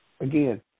Again